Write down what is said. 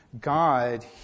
God